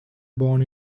born